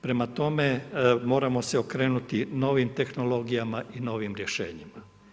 Prema tome, moramo se okrenuti novim tehnologijama i novim rješenjima.